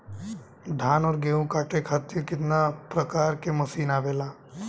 धान और गेहूँ कांटे खातीर कितना प्रकार के मशीन आवेला?